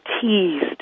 teased